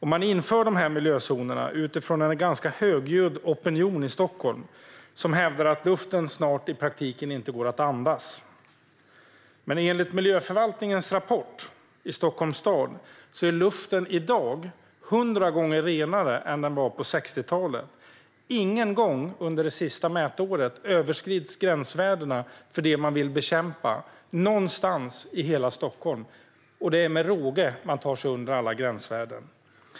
Man inför dessa miljözoner på grund av en ganska högljudd opinion i Stockholm som hävdar att luften snart inte går att andas. Men enligt en rapport från miljöförvaltningen i Stockholms stad är luften i dag 100 gånger renare än den var på 60-talet. Ingen gång och ingenstans i Stockholm överskreds under det senaste mätåret gränsvärdena för det man vill bekämpa, utan man ligger med råge under alla gränsvärden.